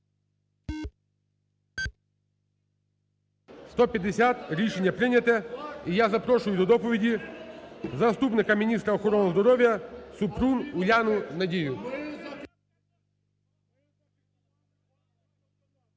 За-151 Рішення прийнято. І я запрошую до доповіді заступника міністра охорони здоров'я Супрун Уляну Надію.